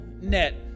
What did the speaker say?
Net